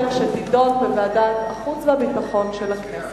שתידון בוועדת החוץ והביטחון של הכנסת.